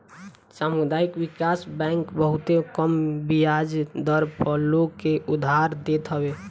सामुदायिक विकास बैंक बहुते कम बियाज दर पअ लोग के उधार देत हअ